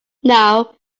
now